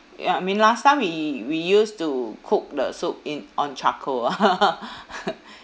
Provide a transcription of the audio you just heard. ya I mean last time we we used to cook the soup in on charcoal ah